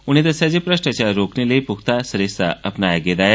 उनें दस्सेया जे भ्रष्टाचार रोकने लेई प्रख्ता सरिस्ता अपनाया गेदा ऐ